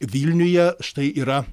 vilniuje štai yra